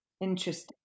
Interesting